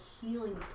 healing